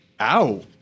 ow